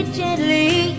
gently